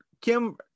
Kim